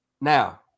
Now